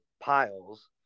piles